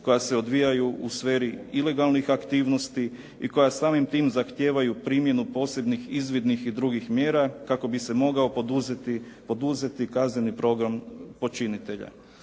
koja se odvijaju u sferi ilegalnih aktivnosti i koja samim tim zahtijevaju primjenu posebnih izvidnih i drugih mjera kako bi se mogao poduzeti kazneni program počinitelja.